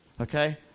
okay